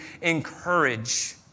encourage